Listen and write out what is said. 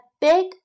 big